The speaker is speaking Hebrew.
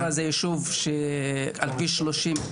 חורה זה יישוב על כביש 31,